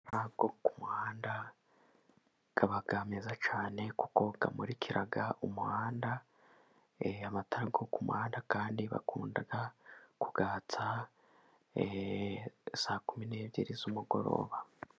Amatara yo ku muhanda amaba cyane kuko amurikira umuhanda. Amatara yo ku muhanda kandi bakunda kuyahatsa saa kumi n'ebyiri z'umugoroba.